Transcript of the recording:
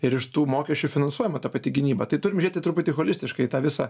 ir iš tų mokesčių finansuojama ta pati gynyba tai turime žiūrėti truputį holistiškai į tą visą